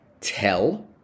Tell